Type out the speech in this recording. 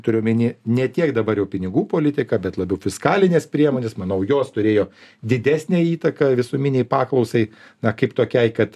turiu omeny ne tiek dabar jau pinigų politiką bet labiau fiskalines priemones manau jos turėjo didesnę įtaką visuminei paklausai na kaip tokiai kad